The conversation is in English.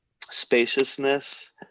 spaciousness